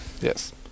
Yes